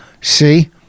See